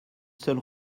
seule